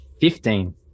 Fifteen